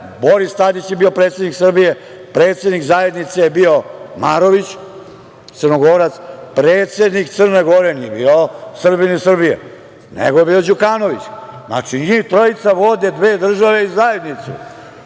Boris Tadić je bio predsednik Srbije, predsednik zajednice je bio Marović, Crnogorac, predsednik Crne Gore nije bio Srbin iz Srbije, nego je bio Đukanović. Znači, njih trojica vode dve države i zajednicu